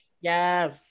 Yes